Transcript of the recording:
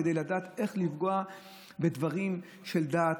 כדי לדעת איך לפגוע בדברים של דת,